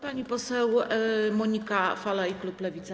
Pani poseł Monika Falej, klub Lewica.